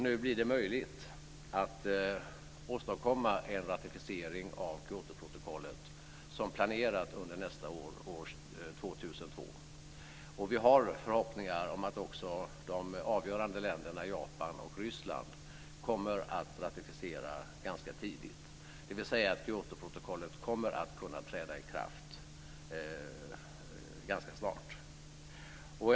Nu blir det möjligt att åstadkomma en ratificering av Kyotoprotokollet som planerat under nästa år 2002. Vi har förhoppningar om att också de avgörande länderna Japan och Ryssland kommer att ratificera ganska tidigt och att Kyotoprotokollet kommer att kunna träda i kraft ganska snart.